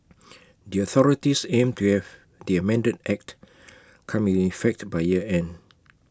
the authorities aim to have the amended act come in effect by year end